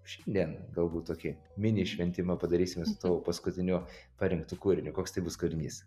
šiandien galbūt tokį mini šventimą padarysime su tavo paskutiniu parinktu kūriniu koks tai bus kūrinys